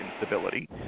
instability